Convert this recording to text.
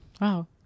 Wow